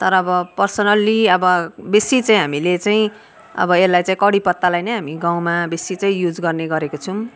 तर अब पर्सनल्ली अब बेसी चाहिँ हामीले चाहिँ अब यसलाई चाहिँ कडी पत्तालाई नै हामी गाउँमा बेसी चाहिँ युज गर्ने गरेको छौँ